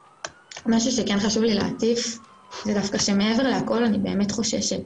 משהו שכן חשוב לי להציף זה שדווקא מעבר לכול אני באמת חוששת,